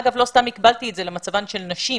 אגב, לא סתם הקבלתי את זה למצבן של נשים